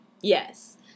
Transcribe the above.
Yes